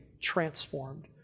transformed